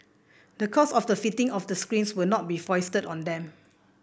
the cost of the fitting of the screens will not be foisted on them